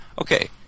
Okay